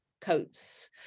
coats